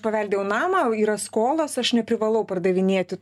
paveldėjau namą yra skolos aš neprivalau pardavinėti